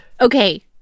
Okay